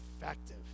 effective